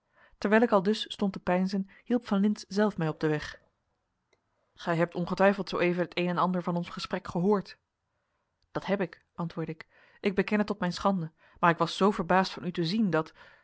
terwijl ik aldus stond te peinzen hielp van lintz zelf mij op den weg gij hebt ongetwijfeld zooeven het een en ander van ons gesprek gehoord dat heb ik antwoordde ik ik beken het tot mijn schande maar ik was zoo verbaasd van u te zien dat